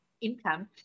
income